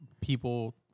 people